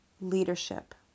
leadership